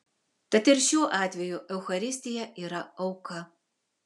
tad ir šiuo atveju eucharistija yra auka